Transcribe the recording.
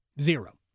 Zero